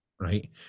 right